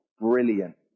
brilliant